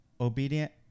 obedient